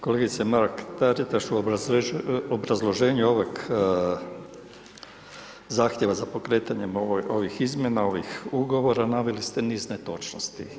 Kolegice Mrak-Taritaš, u obrazloženju ovog zahtjeva za pokretanjem ovih izmjena, ovih ugovora, naveli ste niz netočnosti.